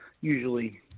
usually